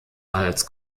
als